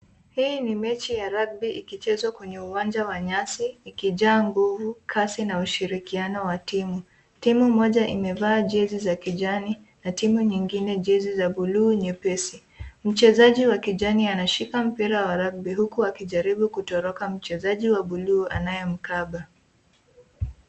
Hii ni mechi ya rugby . Ikichezwa kwenye uwanja wa nyasi, ikijaa nguvu kasi na ushirikiano wa timu. Timu moja imevaa jezi za kijani, na timu nyingine jezi za buluu nyepesi. Mchezaji wa kijani anashika mpira wa rugby huku akijaribu kutoroka mchezaji wa buluu anayemkaba.